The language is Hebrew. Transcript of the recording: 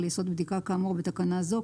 על יסוד בדיקה כאמור בתקנה זו,